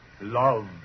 Love